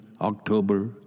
October